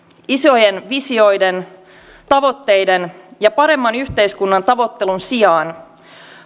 isojen visioiden tavoitteiden ja paremman yhteiskunnan tavoittelun sijaan